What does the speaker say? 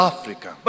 Africa